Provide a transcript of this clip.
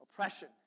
oppression